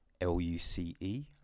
L-U-C-E